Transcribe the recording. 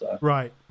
Right